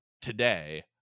today